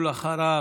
אחריו,